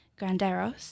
Granderos